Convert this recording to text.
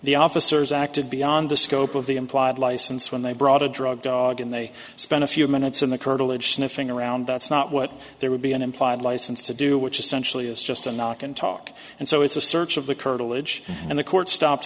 the officers acted beyond the scope of the implied license when they brought a drug dog and they spent a few minutes in the curtilage sniffing around that's not what there would be an implied license to do which essentially is just a knock and talk and so it's a search of the curtilage and the court stop